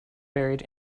buried